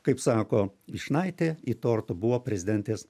kaip sako vyšnaitė į tortą buvo prezidentės